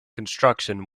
construction